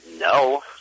no